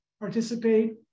participate